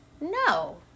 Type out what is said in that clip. No